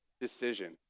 decision